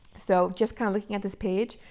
so just kind of looking at this page,